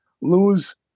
lose